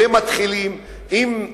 ומתחילים לא